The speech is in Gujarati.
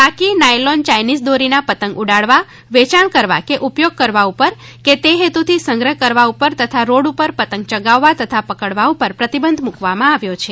પાકી નાયલોનયાઇનીઝદોરીના પતંગ ઉડાડવા વેચાણ કરવા કે ઉપયોગ કરવા પર કે તે હેતુથી સંગ્રહ કરવા પરતથા રોડ પર પતંગ ચગાવવા તથા પકડવા પર પ્રતિબંધ મુકવામાં આવ્યો છે